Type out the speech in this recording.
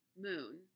moon